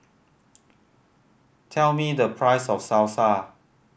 tell me the price of Salsa